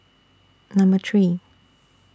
Number three